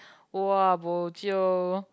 !wah! bo jio